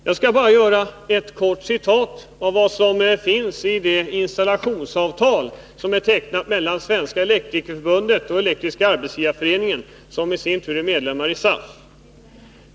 Men låt mig med ett kort citat peka på vad som står i det installationsavtal som är tecknat mellan Svenska elektrikerförbundet och Elektriska arbetsgivareföreningen, som i sin tur är medlemmar i SAF.